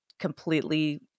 completely